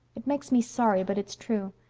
it makes me sorry but it's true.